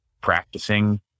practicing